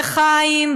בחיים,